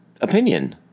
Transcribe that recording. opinion